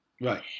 Right